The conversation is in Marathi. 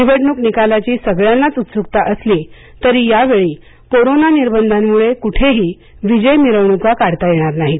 निवडणूक निकालाची सगळ्यांनाच उत्सुकता असली तरी यावेळी कोरोना निर्बंधांमुळे कुठेही विजय मिरवणुका काढता येणार नाहीत